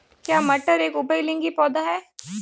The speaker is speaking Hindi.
क्या मटर एक उभयलिंगी पौधा है?